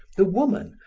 the woman,